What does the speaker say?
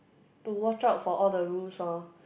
to watch out for all the rules orh